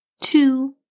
two